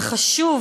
וחשוב,